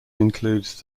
includes